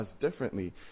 differently